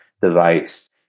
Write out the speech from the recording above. device